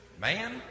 Man